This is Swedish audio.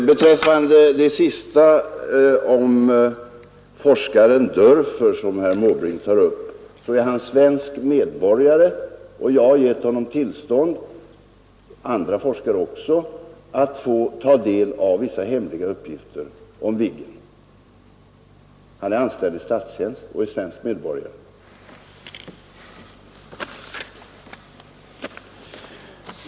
Herr talman! Forskaren Dörfer, som herr Måbrink berörde, är svensk medborgare, och jag har givit honom och även andra forskare tillstånd att ta del av vissa hemliga uppgifter om Viggen. Han är anställd i statstjänst och är som sagt svensk medborgare.